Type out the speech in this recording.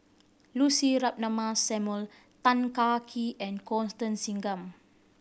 Lucy Ratnammah Samuel Tan Kah Kee and Constance Singam